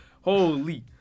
Holy